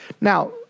Now